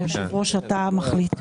אתה מחליט.